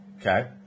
Okay